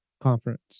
conference